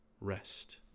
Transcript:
rest